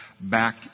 back